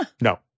no